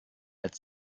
als